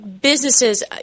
businesses